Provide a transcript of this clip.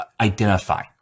identify